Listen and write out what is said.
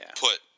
put